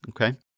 Okay